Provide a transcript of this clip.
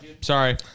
sorry